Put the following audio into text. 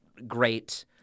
great